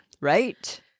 Right